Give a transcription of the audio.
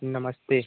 नमस्ते